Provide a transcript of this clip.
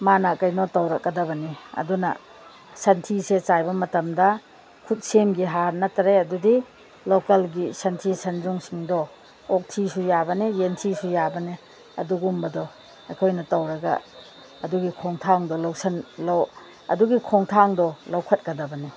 ꯃꯥꯅ ꯀꯩꯅꯣ ꯇꯧꯔꯛꯀꯗꯕꯅꯤ ꯑꯗꯨꯅ ꯁꯟꯊꯤꯁꯦ ꯆꯥꯏꯕ ꯃꯇꯝꯗ ꯈꯨꯠꯁꯦꯝꯒꯤ ꯍꯥꯔ ꯅꯠꯇ꯭ꯔꯦ ꯑꯗꯨꯗꯤ ꯂꯣꯀꯦꯜꯒꯤ ꯁꯟꯊꯤ ꯁꯟꯌꯨꯡꯁꯤꯡꯗꯣ ꯑꯣꯛꯊꯤꯁꯨ ꯌꯥꯕꯅꯦ ꯌꯦꯟꯊꯤꯁꯨ ꯌꯥꯕꯅꯦ ꯑꯗꯨꯒꯨꯝꯕꯗꯣ ꯑꯩꯈꯣꯏꯅ ꯇꯧꯔꯒ ꯑꯗꯨꯒꯤ ꯈꯣꯡꯊꯥꯡꯗꯣ ꯂꯧꯁꯟꯂꯣ ꯑꯗꯨꯒꯤ ꯈꯣꯡꯊꯥꯡꯗꯣ ꯂꯧꯈꯠꯀꯗꯕꯅꯤ